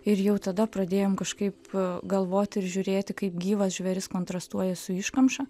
ir jau tada pradėjom kažkaip galvoti ir žiūrėti kaip gyvas žvėris kontrastuoja su iškamša